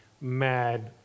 mad